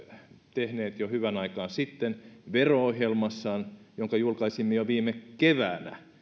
tehneet jo hyvän aikaa sitten vero ohjelmassa jonka julkaisimme jo viime keväänä